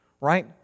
right